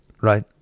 right